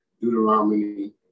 Deuteronomy